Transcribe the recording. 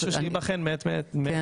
זה גם משהו שייבחן מעת לעת.